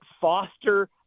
foster